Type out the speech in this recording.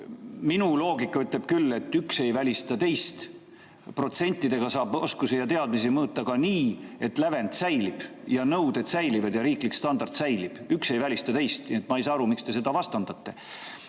minu loogika ütleb küll, et üks ei välista teist. Protsentidega saab oskusi ja teadmisi mõõta ka nii, et lävend säilib ja nõuded säilivad ja riiklik standard säilib – üks ei välista teist. Nii et ma ei saa aru, miks te neid vastandate.